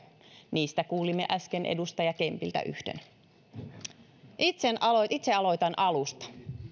niistä kuulimme äsken edustaja kempiltä yhden itse aloitan alusta